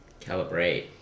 calibrate